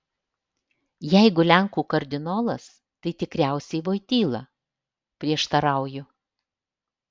jeigu lenkų kardinolas tai tikriausiai voityla prieštarauju